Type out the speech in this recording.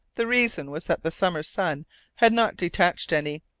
the reason was that the summer sun had not detached any,